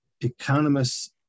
economists